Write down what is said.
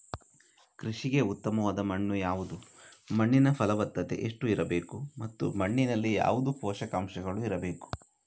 ಕೃಷಿಗೆ ಉತ್ತಮವಾದ ಮಣ್ಣು ಯಾವುದು, ಮಣ್ಣಿನ ಫಲವತ್ತತೆ ಎಷ್ಟು ಇರಬೇಕು ಮತ್ತು ಮಣ್ಣಿನಲ್ಲಿ ಯಾವುದು ಪೋಷಕಾಂಶಗಳು ಇರಬೇಕು?